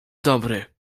dobry